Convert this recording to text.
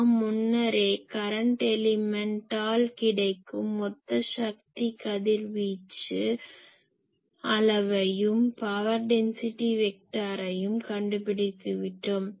நாம் முன்னரே கரண்ட் எலிமென்டால் கிடைக்கும் மொத்த சக்தி கதிர்வீச்சு அளவையும் பவர் டென்சிட்டி வெக்டாரையும் கண்டுபிடித்து விட்டோம்